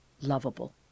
lovable